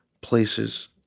places